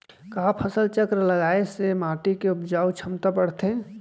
का फसल चक्र लगाय से माटी के उपजाऊ क्षमता बढ़थे?